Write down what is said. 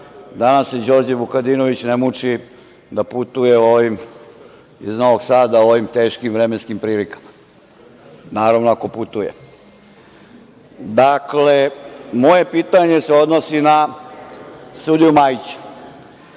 da nam se Đorđe Vukadinović ne muči da putuje iz Novog Sada u ovim teškim vremenskim prilikama? Naravno, ako putuje.2/3 MZ/MTDakle, moje pitanje se odnosi na sudiju Majić.